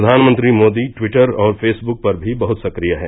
प्रधानमंत्री मोदी ट्विटर और फेसबुक पर भी बहुत सक्रिय हैं